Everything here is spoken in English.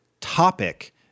topic